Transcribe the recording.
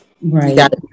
Right